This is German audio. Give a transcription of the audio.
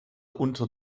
unter